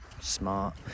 smart